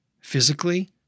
physically